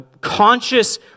conscious